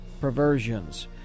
perversions